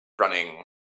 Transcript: running